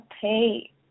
pay